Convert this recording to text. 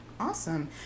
Awesome